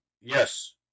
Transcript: Yes